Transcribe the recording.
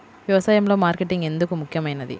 వ్యసాయంలో మార్కెటింగ్ ఎందుకు ముఖ్యమైనది?